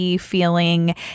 Feeling